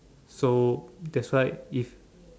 so that's why if